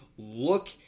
Look